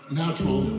natural